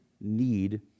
need